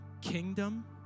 kingdom